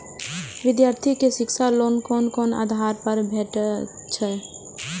विधार्थी के शिक्षा लोन कोन आधार पर भेटेत अछि?